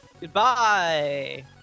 Goodbye